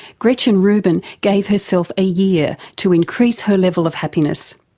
gretchen rubin gave herself a year to increase her level of happiness.